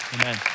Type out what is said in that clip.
Amen